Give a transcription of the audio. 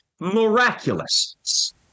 miraculous